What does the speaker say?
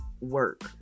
work